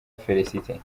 felicite